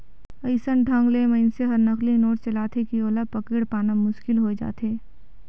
अइसन ढंग ले मइनसे हर नकली नोट चलाथे कि ओला पकेड़ पाना मुसकिल होए जाथे